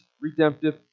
redemptive